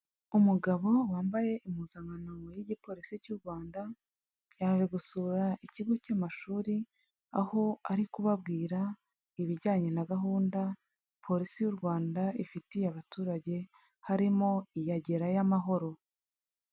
Umugabo wambaye impuzankano y'igipolisi cy'u Rwanda yaje gusura ikigo cy'amashuri, aho ari kubabwira ibijyanye na gahunda polisi y'u Rwanda ifitiye abaturage, harimo iya gerayo amahoro.